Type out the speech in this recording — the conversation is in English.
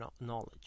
knowledge